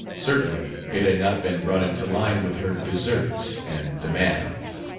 certainly it had not been brought into line with her deserts and demands.